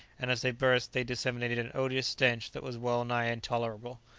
and as they burst they disseminated an odious stench that was well-nigh intolerable.